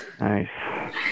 nice